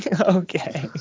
Okay